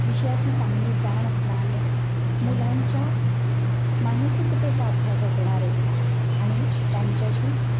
विषयाची चांगली जाण असला ने मुलांच्या मानसिकतेचा अभ्यास असणारे आणि त्यांच्याशी